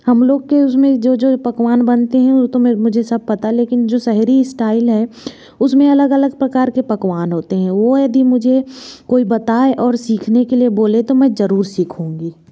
हम लोग के उसमें जो जो पकवान बनते हैं वो तो मैं मुझे सब पता है लेकिन जो शहरी स्टाइल है उसमें अलग अलग प्रकार के पकवान होते हैं वो यदि मुझे कोई बताए और सीखने के लिए बोले तो मैं ज़रूर सीखूंगी